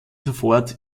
sofort